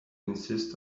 insist